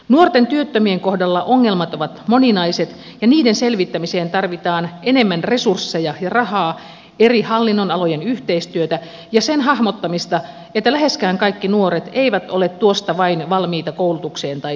nuorten työttömien kohdalla ongelmat ovat moninaiset ja niiden selvittämiseen tarvitaan enemmän resursseja ja rahaa eri hallinnonalojen yhteistyötä ja sen hahmottamista että läheskään kaikki nuoret eivät ole tuosta vain valmiita koulutukseen tai työhön